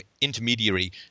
intermediary